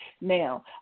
Now